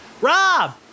Rob